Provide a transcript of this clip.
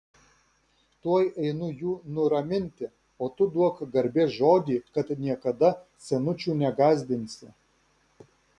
tuoj einu jų nuraminti o tu duok garbės žodį kad niekada senučių negąsdinsi